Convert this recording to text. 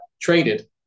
traded